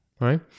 right